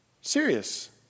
Serious